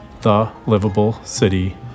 thelivablecity